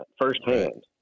firsthand